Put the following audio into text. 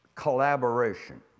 Collaboration